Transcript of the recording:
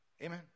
Amen